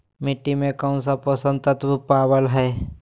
मिट्टी में कौन से पोषक तत्व पावय हैय?